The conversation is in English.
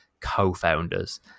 co-founders